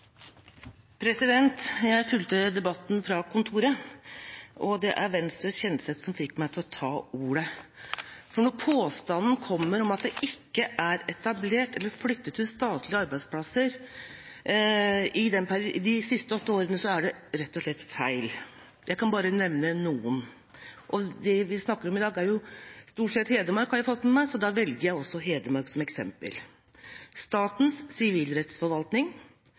Jeg fulgte debatten fra kontoret, og det var Venstres Kjenseth som fikk meg til å ta ordet. Når det kommer en påstand om at det ikke er etablert eller flyttet ut statlige arbeidsplasser de siste åtte årene, er det rett og slett feil. Jeg kan nevne bare noen – det vi snakker om i dag, er jo stort sett Hedmark, har jeg fått med meg, så da velger jeg også Hedmark som eksempel – Statens sivilrettsforvaltning,